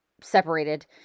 Separated